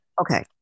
Okay